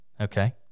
Okay